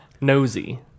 Nosy